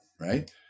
right